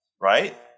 right